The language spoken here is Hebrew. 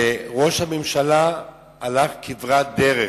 ראש הממשלה הלך כברת דרך,